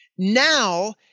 Now